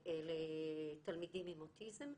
לתלמידים עם אוטיזם,